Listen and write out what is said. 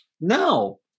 No